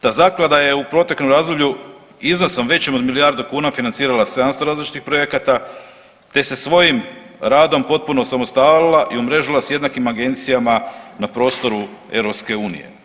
Ta zaklada je u proteklom razdoblju iznosom većim od milijardu kuna financirala 700 različitih projekata, te se svojim radom potpuno osamostalila i umrežila s jednakim agencijama na prostoru EU.